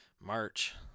March